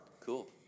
Cool